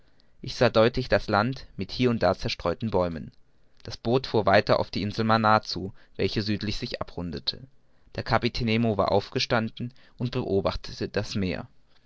ich sah deutlich das land mit hie und da zerstreuten bäumen das boot fuhr weiter auf die insel manaar zu welche südlich sich abrundete der kapitän nemo war aufgestanden und beobachtete das meer